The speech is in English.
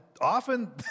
often